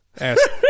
Ask